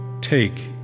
Take